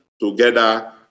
together